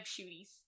shooties